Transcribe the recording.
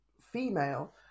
female